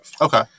Okay